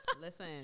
Listen